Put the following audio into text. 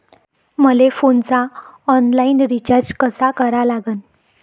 मले फोनचा online recharge कसा करा लागन?